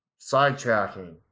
sidetracking